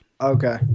Okay